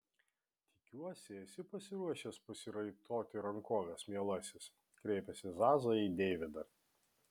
tikiuosi esi pasiruošęs pasiraitoti rankoves mielasis kreipėsi zaza į deividą